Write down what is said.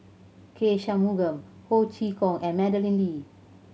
K Shanmugam Ho Chee Kong and Madeleine Lee